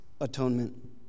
atonement